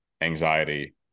anxiety